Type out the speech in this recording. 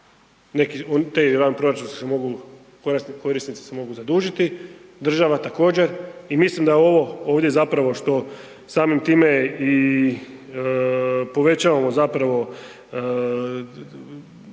novci za sve to. … korisnici se mogu zadužiti, država također i mislim da ovo ovdje zapravo što samim time i povećavamo limit